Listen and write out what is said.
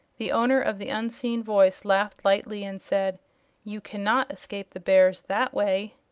the owner of the unseen voice laughed lightly and said you cannot escape the bears that way.